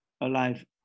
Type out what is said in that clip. alive